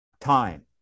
time